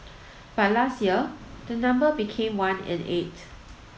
but last year the number became one in eight